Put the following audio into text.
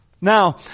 Now